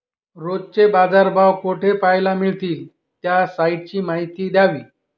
रोजचे बाजारभाव कोठे पहायला मिळतील? त्या साईटची माहिती द्यावी